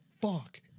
fuck